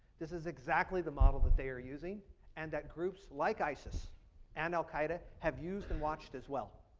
this is exactly the model that they are using and that groups like isis and al qaeda have used and watched as well.